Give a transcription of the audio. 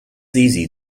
easy